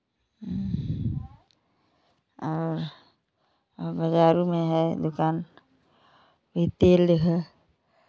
और बजारों में है दुकान रिटेल है